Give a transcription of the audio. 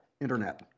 Internet